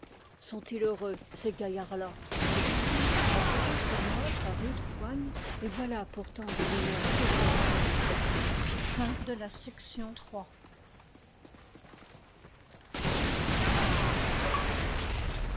sont-ils heureux ces gaillards-là me dit-il en posant sur moi sa rude poigne et voilà pourtant des bonheurs que je ne connaîtrai plus